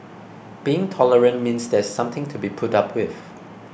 being tolerant means there's something to be put up with